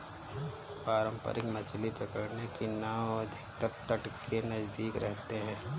पारंपरिक मछली पकड़ने की नाव अधिकतर तट के नजदीक रहते हैं